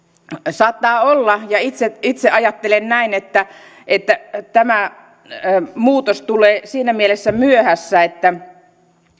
saattaa olla ja itse itse ajattelen näin että että tämä muutos tulee siinä mielessä myöhässä että